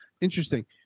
Interesting